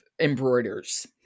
embroiders